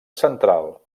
central